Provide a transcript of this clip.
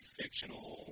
fictional